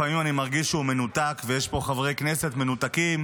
לפעמים אני מרגיש שהוא מנותק ויש בו חברי כנסת מנותקים,